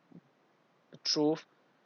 the truth